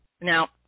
Now